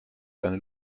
deine